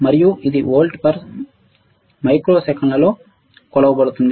మరియు ఇది వోల్ట్ల per మైక్రోసెకన్లలో కొలవబడుతుంది